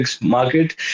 market